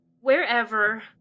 wherever